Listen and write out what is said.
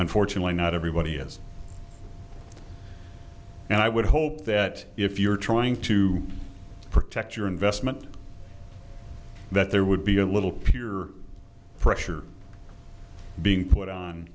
unfortunately not everybody is and i would hope that if you're trying to protect your investment that there would be a little peer pressure being put on